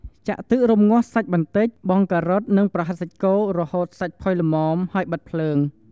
ចាក់ទឹករំងាស់សាច់បន្តិច បង់ការ៉ុត និងប្រហិតសាច់គោ រហូតសាច់ផុយល្មម ហើយបិទភ្លើង។